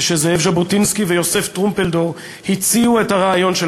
כשזאב ז'בוטינסקי ויוסף טרומפלדור הציעו את הרעיון של